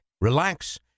relax